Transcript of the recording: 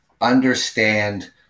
understand